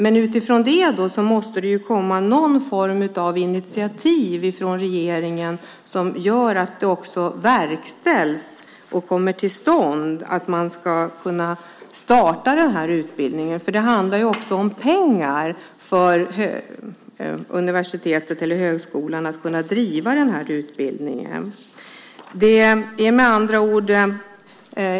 Men det måste komma någon form av initiativ från regeringen som gör att det också verkställs och kommer till stånd så att man ska kunna starta den här utbildningen. Det handlar också om pengar för universitetet eller högskolan för att kunna driva en sådan utbildning.